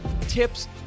tips